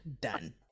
done